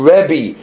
Rebbe